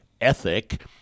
ethic